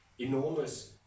enormous